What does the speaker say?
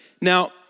now